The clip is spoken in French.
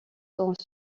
sont